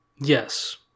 Yes